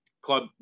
club